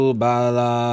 bala